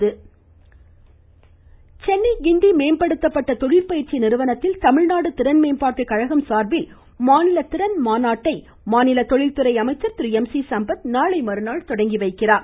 ம் ம் ம் ம் ம் ம் ம் ம எம் சி சம்பத் சென்னை கிண்டி மேம்படுத்தப்பட்ட தொழிற்பயிற்சி நிறுவனத்தில் தமிழ்நாடு திறன்மேம்பாட்டு கழகம் சார்பில் மாநில திறன் மாநாட்டை மாநில தொழில்துறை அமைச்சர் திரு எம் சி சம்பத் நாளைமறுநாள் தொடங்கி வைக்கிறார்